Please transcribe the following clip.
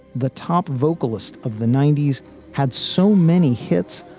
the top vocalist of the ninety s had so many hits.